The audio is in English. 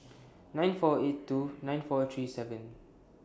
nine four eight two nine four three seven